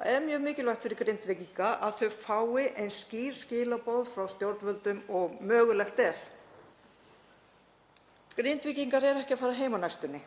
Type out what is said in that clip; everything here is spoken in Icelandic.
Það er mjög mikilvægt fyrir Grindvíkinga að þau fái eins skýr skilaboð frá stjórnvöldum og mögulegt er. Grindvíkingar eru ekki að fara heim á næstunni